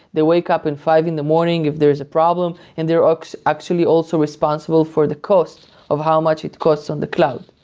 they wake up and five in the morning if there's a problem, and they're actually also responsible for the cost of how much it costs on the cloud.